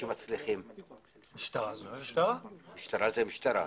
משטרה זה משטרה.